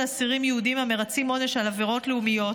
אסירים יהודים המרצים עונש על עבירות לאומיות,